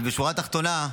אבל בשורה התחתונה,